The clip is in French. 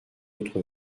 autre